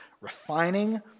refining